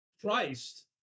Christ